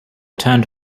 turned